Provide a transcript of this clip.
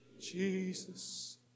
Jesus